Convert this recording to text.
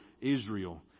Israel